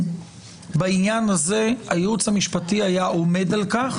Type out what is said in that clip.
שבעניין הזה הייעוץ המשפטי היה עומד על כך